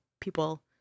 people